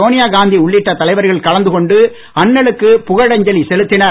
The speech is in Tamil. சோனியா காந்தி உள்ளிட்ட தலைவர்கள் கலந்து கொண்டு அன்னலுக்கு புகழஞ்சலி செலுத்தினர்